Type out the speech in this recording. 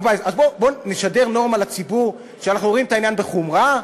בואו נשדר נורמה לציבור שאנחנו רואים את העניין בחומרה.